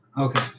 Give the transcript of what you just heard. Okay